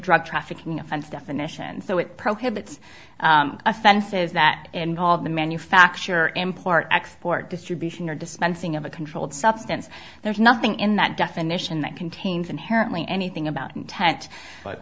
drug trafficking and definition so it prohibits offenses that involve the manufacture import export distribution or dispensing of a controlled substance there's nothing in that definition that contains inherently anything about